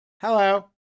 hello